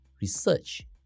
research